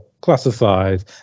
classified